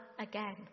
again